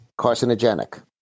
carcinogenic